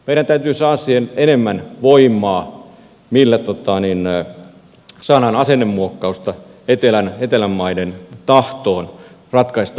meidän täytyy saada enemmän voimaa millä saadaan asennemuokkausta etelän maiden tahtoon ratkaista omia ongelmiaan